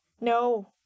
no